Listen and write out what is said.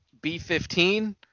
b15